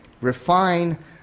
refine